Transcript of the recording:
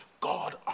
God